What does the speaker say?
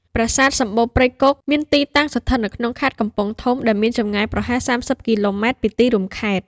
ប្រាសាទសំបូរព្រៃគុក មានទីតាំងស្ថិតនៅក្នុងខេត្តកំពង់ធំ ដែលមានចម្ងាយប្រហែល ៣០ គីឡូម៉ែត្រពីទីរួមខេត្ត។